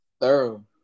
thorough